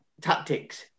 tactics